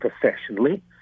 professionally